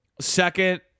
Second